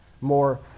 more